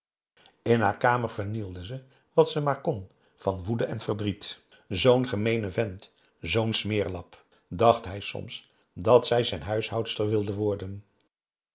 in haar kamer vernielde ze wat ze maar kon van woede en verdriet zoo'n gemeene vent zoo'n smeerlap dacht hij soms dat zij zijn huishoudster wilde worden